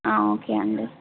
okay అండి